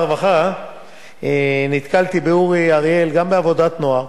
הרווחה והבריאות נתקלתי באורי אריאל גם בעבודת הנוער,